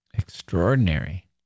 Extraordinary